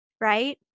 right